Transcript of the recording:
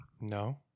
No